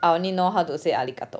I only know how to say